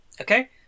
Okay